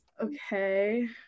Okay